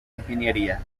ingeniería